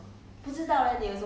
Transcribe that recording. okay